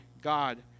God